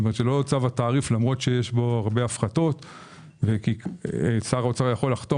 כלומר שלא צו התעריף למרות שיש בו הרבה הפחתות ושר האוצר יכול לחתום